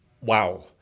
Wow